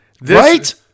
Right